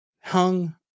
hung